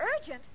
urgent